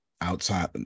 outside